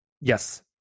Yes